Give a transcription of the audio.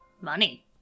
Money